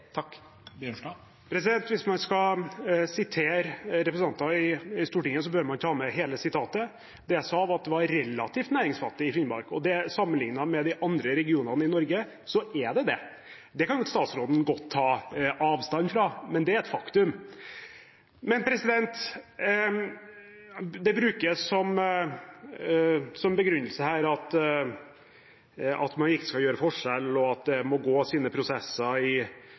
Hvis man skal sitere representanter i Stortinget, bør man ta med hele sitatet. Det jeg sa, var at det var relativt næringsfattig i Finnmark, og sammenliknet med de andre regionene i Norge, er det det. Det kan statsråden godt ta avstand fra, men det er et faktum. Men det brukes som begrunnelse her at man ikke skal gjøre forskjell, og at prosesser i virkemiddelapparatet må gå